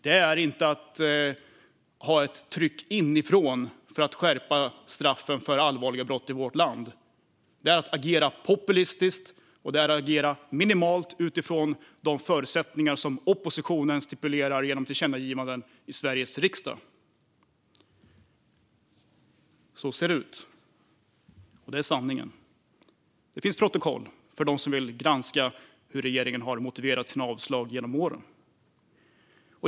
Detta är inte att känna ett tryck inifrån för att skärpa straffen för allvarliga brott i vårt land. Det är att agera populistiskt och minimalt utifrån de förutsättningar som oppositionen stipulerar genom tillkännagivanden i Sveriges riksdag. Så ser det ut. Det är sanningen. Det finns protokoll för dem som vill granska hur regeringen har motiverat sina avslag genom åren.